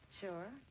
Sure